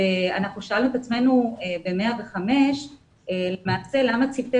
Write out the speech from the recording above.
אנחנו שאלנו את עצמנו ב-105 למה צוותי